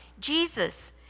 Jesus